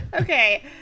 Okay